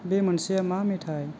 बे मोनसेआ मा मेथाय